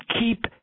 keep